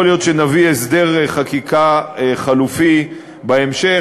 יכול להיות שנביא הסדר חקיקה חלופי בהמשך,